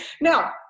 now